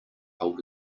hold